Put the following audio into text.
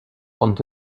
ont